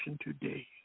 Today